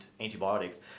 antibiotics